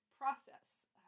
process